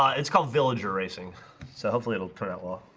it's called villager racing so hopefully it'll turn out well